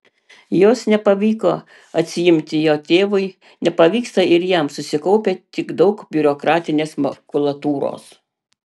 jos nepavyko atsiimti jo tėvui nepavyksta ir jam susikaupia tik daug biurokratinės makulatūros